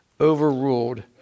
overruled